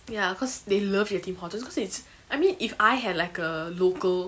ya cause they love their tim hortons cause it's I mean if I had like a local